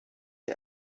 der